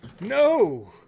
No